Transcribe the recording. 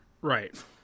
Right